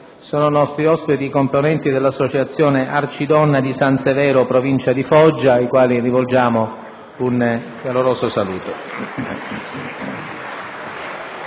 sono nostri ospiti i componenti dell'Associazione Arcidonna di San Severo, in provincia di Foggia, ai quali rivolgiamo un caloroso saluto.